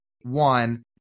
One